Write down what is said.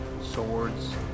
swords